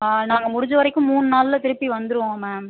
நாங்கள் முடிஞ்ச வரைக்கும் மூண் நாளில் திருப்பி வந்துருவோம் மேம்